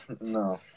no